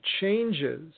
changes